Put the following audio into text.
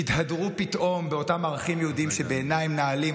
תתהדרו פתאום באותם ערכים יהודיים שבעיניי הם נעלים,